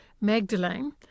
Magdalene